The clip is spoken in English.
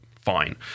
fine